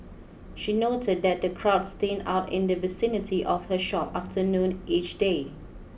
she noted that the crowds thin out in the vicinity of her shop after noon each day